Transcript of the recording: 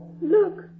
Look